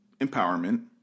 empowerment